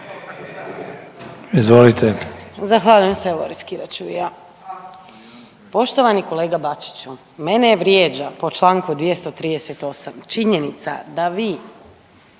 Zahvaljujem se. Evo, riskirat ću i ja. Poštovani kolega Bačiću, mene vrijeđa po čl. 238 činjenica da vi